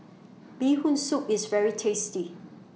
Bee Hoon Soup IS very tasty